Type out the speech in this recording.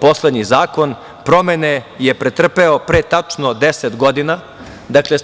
Poslednji zakon promene je pretrpeo pre tačno deset godina, dakle